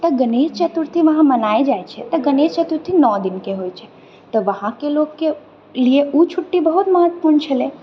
तऽ गणेश चतुर्थी वहाँ मनायल जाइ छै तऽ गणेश चतुर्थी नओ दिनके होइ छै तऽ वहाँके लोकके लिए उ छुट्टी बहुत महत्वपूर्ण छलै